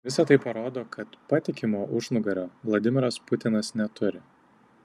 visa tai parodo kad patikimo užnugario vladimiras putinas neturi